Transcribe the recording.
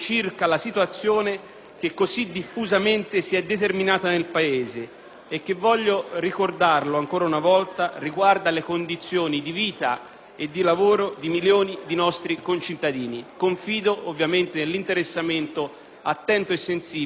- lo voglio ricordare ancora una volta - riguarda le condizioni di vita e di lavoro di milioni di nostri concittadini. Confido, ovviamente, nell'interessamento attento e sensibile della Presidenza e, in particolar modo, del presidente Schifani.